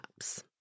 apps